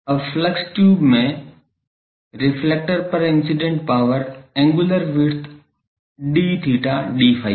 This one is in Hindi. अब फ्लक्स ट्यूब में रिफ्लेक्टर पर incident power angular width d theta d phi है